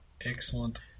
Excellent